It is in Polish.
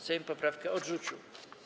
Sejm poprawkę odrzucił.